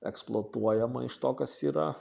eksploatuojama iš to kas yra